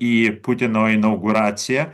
į putino inauguraciją